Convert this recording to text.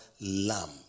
Lamb